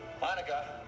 Monica